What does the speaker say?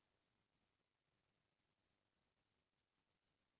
Cheque से पइसा कइसे देथे?